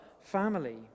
family